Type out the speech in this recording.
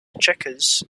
checkers